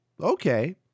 Okay